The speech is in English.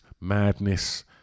Madness